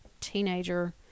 teenager